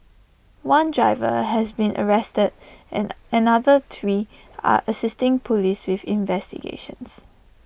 one driver has been arrested and another three are assisting Police with investigations